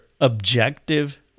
objective